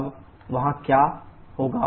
अब वहाँ क्या होगा